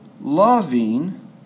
loving